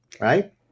right